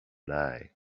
eye